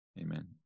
Amen